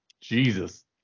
Jesus